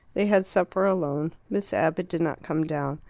they had supper alone. miss abbott did not come down.